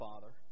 Father